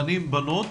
בנים ובנות,